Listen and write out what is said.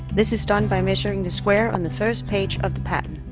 this is done by measuring the square on the first page of the pattern.